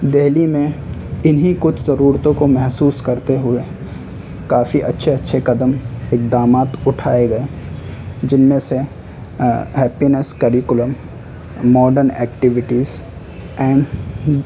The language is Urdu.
دہلی میں انہیں کچھ ضرورتوں کو محسوس کرتے ہوئے کافی اچھے اچھے قدم اقدامات اٹھائے گئے جن میں سے happiness curriculum modern activities N